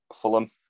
Fulham